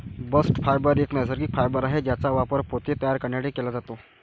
bast fibre एक नैसर्गिक fibre आहे ज्याचा वापर पोते तयार करण्यासाठी केला जातो